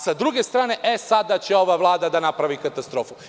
Sa druge strane, govore da će sada ova Vlada da napravi katastrofu.